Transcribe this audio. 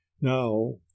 Now